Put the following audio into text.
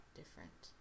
different